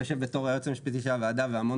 יושב בתור היועץ המשפטי של הוועדה והמון